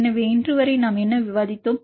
எனவே இன்று வரை நாம் என்ன விவாதித்தோம்